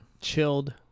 chilled